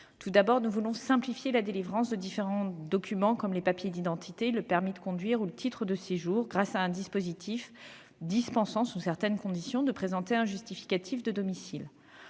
tout d'abord simplifier la délivrance de divers documents, comme les papiers d'identité, le permis de conduire ou le titre de séjour, grâce à un dispositif dispensant, sous certaines conditions, de présenter un justificatif de domicile.